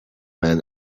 man